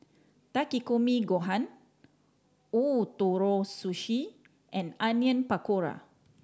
Takikomi Gohan Ootoro Sushi and Onion Pakora